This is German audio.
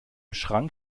schrank